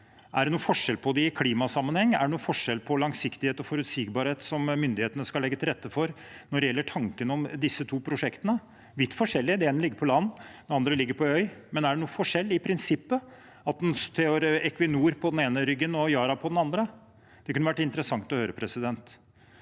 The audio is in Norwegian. om det er noen forskjell på dem i klimasammenheng, om det er noen forskjell på langsiktighet og forutsigbarhet som myndighetene skal legge til rette for når det gjelder tan ken om disse to prosjektene. De er vidt forskjellige – det ene ligger på land, og det andre ligger på en øy – men er det noen forskjell i prinsippet at det står Equinor på den ene ryggen og Yara på den andre? Det kunne vært interessant å høre. Jeg